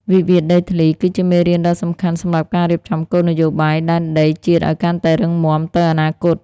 វិវាទដីធ្លីគឺជាមេរៀនដ៏សំខាន់ សម្រាប់ការរៀបចំគោលនយោបាយដែនដីជាតិឱ្យកាន់តែរឹងមាំទៅអនាគត។